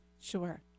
Sure